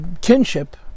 kinship